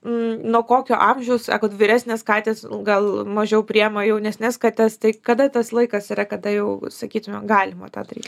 n nuo kokio amžiaus sakot vyresnės katės gal mažiau priėma jaunesnes kates tai kada tas laikas yra kada jau sakytumėm galima tą daryt